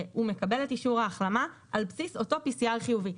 הוא מקבל את אישור ההחלמה על בסיס אותו PCR חיובי.